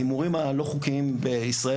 אנחנו יודעים שההימורים הלא חוקיים בישראל